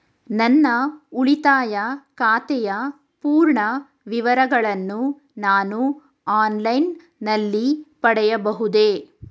ನನ್ನ ಉಳಿತಾಯ ಖಾತೆಯ ಪೂರ್ಣ ವಿವರಗಳನ್ನು ನಾನು ಆನ್ಲೈನ್ ನಲ್ಲಿ ಪಡೆಯಬಹುದೇ?